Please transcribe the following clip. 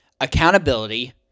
accountability